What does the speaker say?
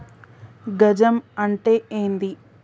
గజం అంటే ఏంది?